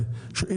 צריך להיכנס לזה.